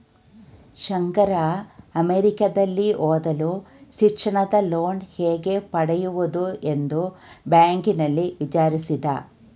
ಶಂಕರ ಅಮೆರಿಕದಲ್ಲಿ ಓದಲು ಶಿಕ್ಷಣದ ಲೋನ್ ಹೇಗೆ ಪಡೆಯುವುದು ಎಂದು ಬ್ಯಾಂಕ್ನಲ್ಲಿ ವಿಚಾರಿಸಿದ